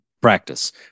practice